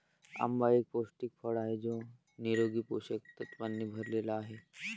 आंबा एक पौष्टिक फळ आहे जो निरोगी पोषक तत्वांनी भरलेला आहे